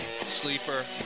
sleeper